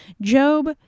Job